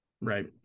Right